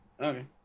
Okay